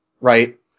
right